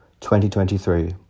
2023